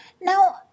Now